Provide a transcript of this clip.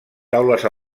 taules